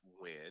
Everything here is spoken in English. win